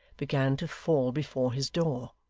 began to fall before his door.